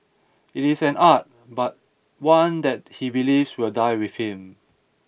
it is an art but one that he believes will die with him